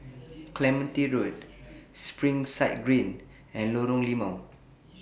Clementi Road Springside Green and Lorong Limau